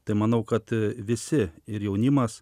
tai manau kad visi ir jaunimas